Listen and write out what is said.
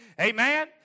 Amen